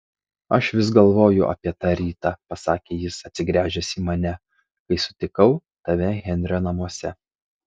aš vis galvoju apie tą rytą pasakė jis atsigręžęs į mane kai sutikau tave henrio namuose